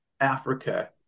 Africa